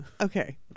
Okay